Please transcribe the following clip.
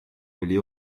oli